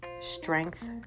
strength